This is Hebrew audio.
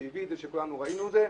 שהביא את זה, שכולנו ראינו את זה.